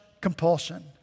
compulsion